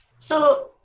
so,